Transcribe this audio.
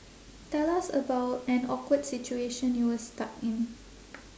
tell us about an awkward situation you were stuck in